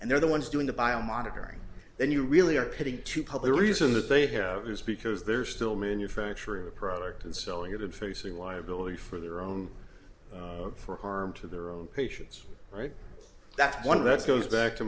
and they're the ones doing the bio monitoring then you really are putting to public the reason that they have is because they're still manufacturing the product and selling it and face the liability for their own for harm to their own patients right that's one that's goes back to